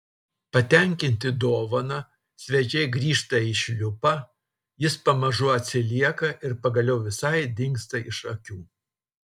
patenkinti dovana svečiai grįžta į šliupą jis pamažu atsilieka ir pagaliau visai dingsta iš akių